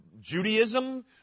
Judaism